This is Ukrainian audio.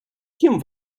кім